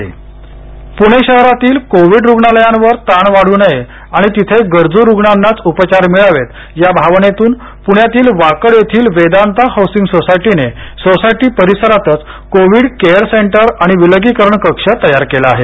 गुहसंस्थेत covid centre शहरातील covid रुग्णालयांवर ताण वाढू नये आणि तिथे गरजू रुग्णांनाच उपचार मिळावेत या भावनेतून पुण्यातील वाकड येथील वेदांता हौसिंग सोसायटीने सोसायटी परिसरातच कोविड केअर सेंटर आणि विलगीकरण कक्ष तयार केला आहे